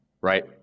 right